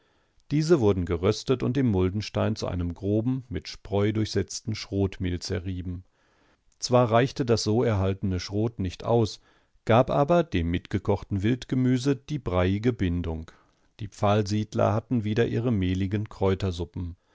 diese wurden geröstet und im muldenstein zu einem groben mit spreu durchsetzten schrotmehl zerrieben zwar reichte das so erhaltene schrot nicht aus gab aber dem mitgekochten wildgemüse die breiige bindung die pfahlsiedler hatten wieder ihre